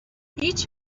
هیچ